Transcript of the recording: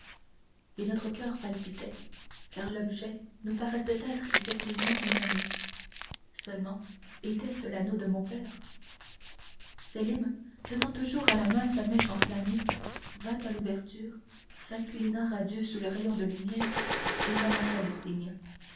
et notre coeur palpitait car l'objet nous paraissait être effectivement un anneau seulement était-ce l'anneau de mon père sélim tenant toujours à la main sa mèche enflammée vint à l'ouverture s'inclina radieux sous le rayon de lumière et ramassa le signe